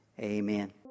amen